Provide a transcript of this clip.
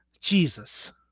Jesus